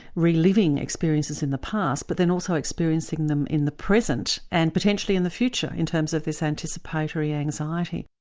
reliving experiences in the past, but then also experiencing them in the present, and potentially in the future, in terms of this anticipatory anxiety.